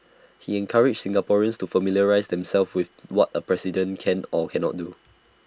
he encouraged Singaporeans to familiarise themselves with what A president can or cannot do